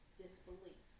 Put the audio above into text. disbelief